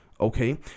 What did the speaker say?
okay